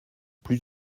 plus